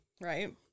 Right